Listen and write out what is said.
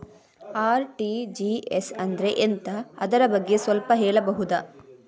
RTGS ಅಂದ್ರೆ ಎಂತ ಅದರ ಬಗ್ಗೆ ಸ್ವಲ್ಪ ಹೇಳಬಹುದ?